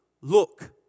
look